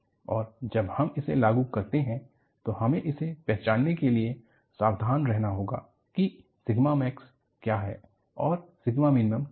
और जब हम इसे लागू करते हैं तो हमें इसे पहचानने के लिए सावधान रहना होगा कि सिगमा मैक्स क्या है और सिगमा मिनिमम क्या है